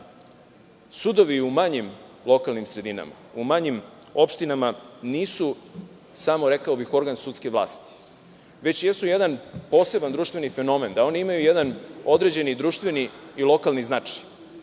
sudovi u manjim lokalnim sredinama, u manjim opštinama nisu samo, rekao bih, organ sudske vlasti, već jesu jedan poseban društveni fenomen, da oni imaju jedan određeni društveni i lokalni značaj,